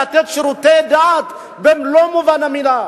לתת שירותי דת במלוא מובן המלה.